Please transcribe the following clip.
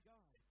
God